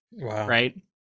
right